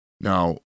Now